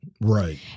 right